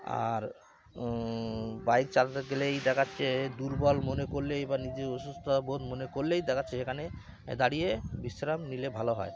আর bike চালাতে গেলেই দেখা যাচ্ছে দুর্বল মনে করলেই বা নিজে অসুস্থতা বোধ মনে করলেই দেখাচ্ছে সেখানে এ দাঁড়িয়ে বিশ্রাম নিলে ভালো হয়